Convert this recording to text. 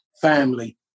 family